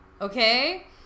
okay